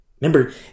Remember